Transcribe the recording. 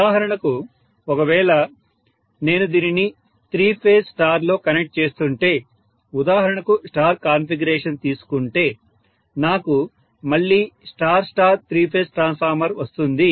ఉదాహరణకు ఒకవేళ నేను దీనిని త్రీ ఫేజ్ స్టార్ లో కనెక్ట్ చేస్తుంటే ఉదాహరణకు స్టార్ కాన్ఫిగరేషన్ తీసుకుంటే నాకు మళ్ళీ star star three phase transformer వస్తుంది